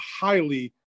highly